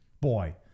Boy